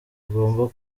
agomba